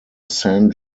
san